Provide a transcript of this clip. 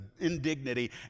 indignity